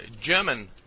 German